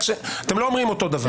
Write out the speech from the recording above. אתם לא אומרים אותו דבר.